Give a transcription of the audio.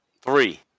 Three